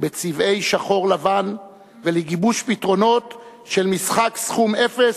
בצבעי שחור-לבן ולגיבוש פתרונות של משחק סכום אפס,